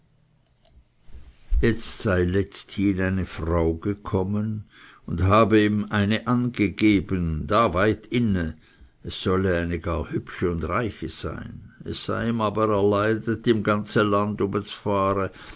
jetzt sei letzthin eine frau gekommen und habe ihm eine angegeben da weit inne es solle eine gar hübsche und reiche sein es sei ihm aber erleidet im ganze land ume